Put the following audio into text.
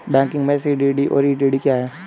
Banking में CDD और EDD क्या हैं?